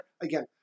Again